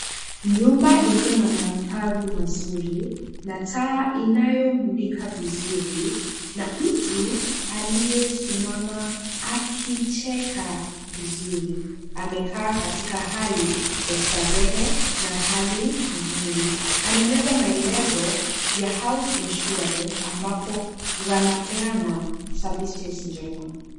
Nyumba iliyo na mandhari mazuri na taa inayomulika vizuri na mtu aliyesimama akicheka vizuri. Amekaa katika hali ya starehe na hali nzuri. Anaeleza maelezo ya house insurance ambapo wanapeana services njema.